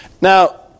Now